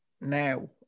now